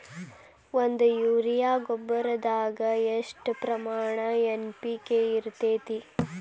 ಒಂದು ಯೂರಿಯಾ ಗೊಬ್ಬರದಾಗ್ ಎಷ್ಟ ಪ್ರಮಾಣ ಎನ್.ಪಿ.ಕೆ ಇರತೇತಿ?